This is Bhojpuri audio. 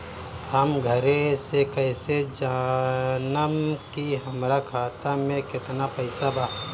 हम घरे से कैसे जानम की हमरा खाता मे केतना पैसा बा?